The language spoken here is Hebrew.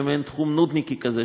כמעין תחום נודניקי כזה,